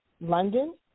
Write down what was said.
London